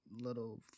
little